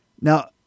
Now